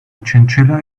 chinchilla